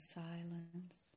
silence